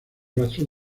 rastros